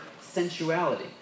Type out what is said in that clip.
sensuality